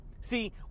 See